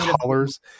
colors